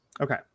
Okay